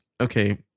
okay